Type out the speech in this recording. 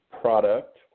product